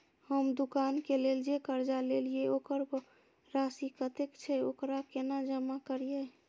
हम दुकान के लेल जे कर्जा लेलिए वकर राशि कतेक छे वकरा केना जमा करिए?